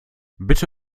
bitte